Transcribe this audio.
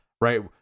right